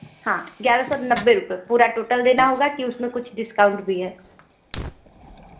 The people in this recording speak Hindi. हाँ ग्यारह सौ नब्बे रूपये पूरा टोटल देना होगा कि उसमें कुछ डिस्काउटं भी है